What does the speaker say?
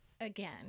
again